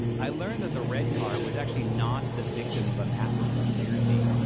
i learned that the red car was actually not the victim of a massive conspiracy.